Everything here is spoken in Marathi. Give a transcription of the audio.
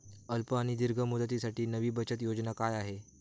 अल्प आणि दीर्घ मुदतीसाठी नवी बचत योजना काय आहे?